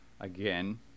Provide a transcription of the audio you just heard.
again